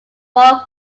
bold